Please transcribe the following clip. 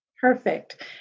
Perfect